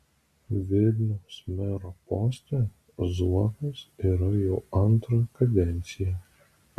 vilniaus mero poste zuokas yra jau antrą kadenciją